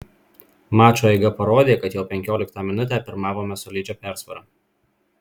mačo eiga parodė kad jau penkioliktą minutę pirmavome solidžia persvara